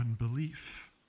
unbelief